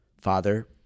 Father